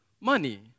money